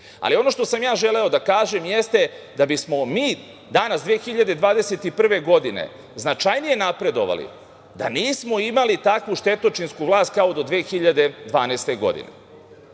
Srbije. Ono što sam želeo da kažem jeste da bismo mi danas, 2021. godine, značajnije napredovali da nismo imali takvu štetočinsku vlast kao do 2012. godine.